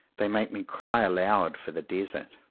they make me cry aloud for the desert.